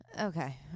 okay